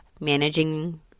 managing